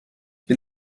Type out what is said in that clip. bin